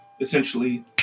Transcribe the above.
essentially